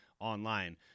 online